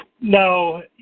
No